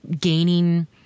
gaining